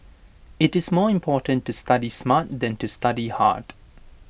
IT is more important to study smart than to study hard